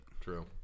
true